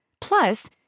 Plus